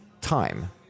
time